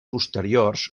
posteriors